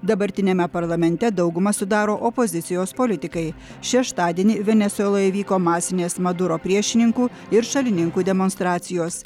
dabartiniame parlamente daugumą sudaro opozicijos politikai šeštadienį venesueloje įvyko masinės maduro priešininkų ir šalininkų demonstracijos